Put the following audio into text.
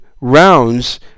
rounds